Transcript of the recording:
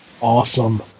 Awesome